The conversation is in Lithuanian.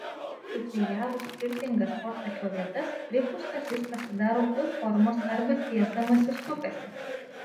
suklijavus skirtingas ortakio vietas pripūstas jis pasidaro u formos arba tiesdamasis sukasi